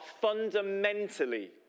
fundamentally